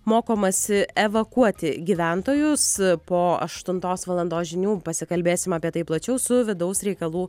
mokomasi evakuoti gyventojus po aštuntos valandos žinių pasikalbėsim apie tai plačiau su vidaus reikalų